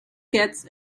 gets